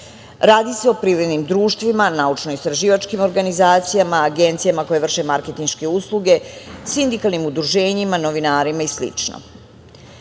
Radi se o privrednim društvima, naučno-istraživačkim organizacijama, agencijama koje vrše marketinške usluge, sindikalnim udruženjima, novinarima i